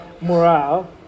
morale